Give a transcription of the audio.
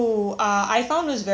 um